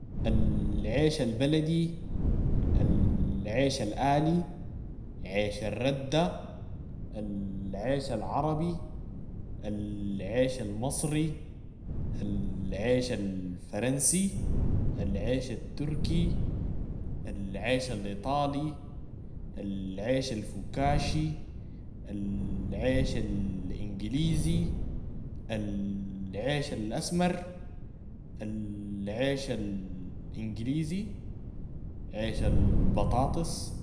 ال- عيش البلدي، ال- عيش الالي، عيش الردة، ال- عيش العربي، ال- عيش المصري، ال- عيش الفرنسي، العيش التركي، العيش الاطالي، العيش الفوكاشي، ال- عيش ال- انجليزي، العيش الاسمر، ال- عيش ال- انجليزي، عيش ال- بطاطس.